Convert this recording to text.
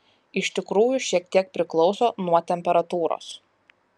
iš tikrųjų šiek tiek priklauso nuo temperatūros